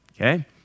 Okay